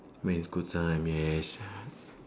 when school time yes